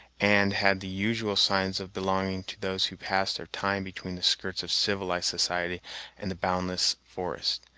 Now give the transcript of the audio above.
and had the usual signs of belonging to those who pass their time between the skirts of civilized society and the boundless forests.